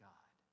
God